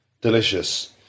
Delicious